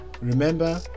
Remember